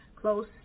close